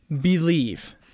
believe